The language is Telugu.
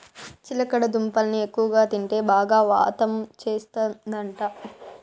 చిలకడ దుంపల్ని ఎక్కువగా తింటే బాగా వాతం చేస్తందట